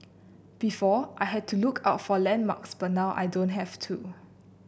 before I had to look out for landmarks but now I don't have to